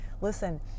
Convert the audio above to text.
Listen